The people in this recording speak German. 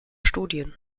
studien